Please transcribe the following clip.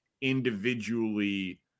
individually